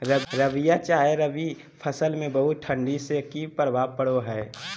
रबिया चाहे रवि फसल में बहुत ठंडी से की प्रभाव पड़ो है?